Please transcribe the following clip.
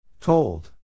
told